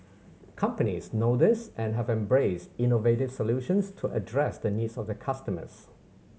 companies know this and have embraced innovative solutions to address the needs of their customers